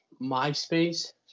MySpace